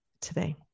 today